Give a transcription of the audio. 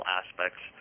aspects